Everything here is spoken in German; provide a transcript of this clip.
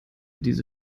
diese